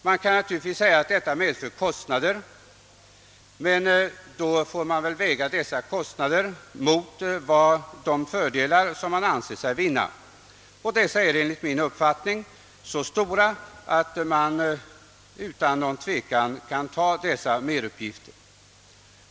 Man kan naturligtvis säga att detta medför kostnader, men då får man väga dessa kostnader mot de fördelar som man anser sig vinna, och dessa är enligt min uppfattning så stora att man utan någon tvekan bör ta dessa merutgifter.